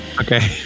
Okay